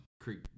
creek